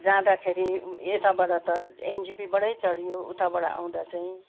जाँदाखेरि यताबाट त एनजेपीबाटै चढियो उताबाट आउँदा चाहिँ